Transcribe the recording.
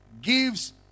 gives